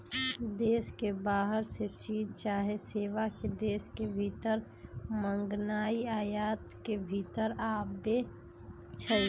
देश के बाहर से चीज चाहे सेवा के देश के भीतर मागनाइ आयात के भितर आबै छइ